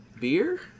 Beer